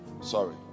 Sorry